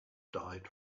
died